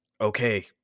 okay